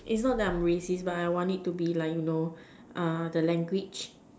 it's not that I'm racist but I want it to be like you know uh the language